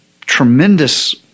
tremendous